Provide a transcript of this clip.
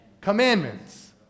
commandments